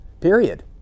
Period